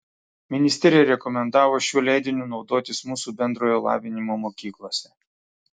ministerija rekomendavo šiuo leidiniu naudotis mūsų bendrojo lavinimo mokyklose